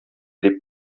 дип